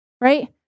right